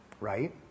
right